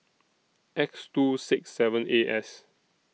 X two six seven A S